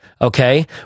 okay